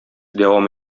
дәвам